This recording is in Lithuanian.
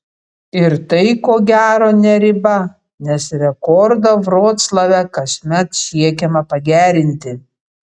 ir tai ko gero ne riba nes rekordą vroclave kasmet siekiama pagerinti